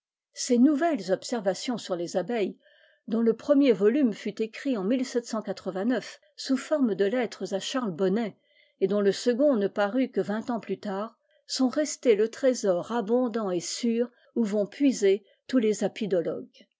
ses nouvelles observations sur les abeilles dont le premier volume fut écrit en sous forme de lettres à charles bonnet et dont le second ne parut que vingt ans plus tard sont restées le trésor abondant et sûr où vont puiser tous les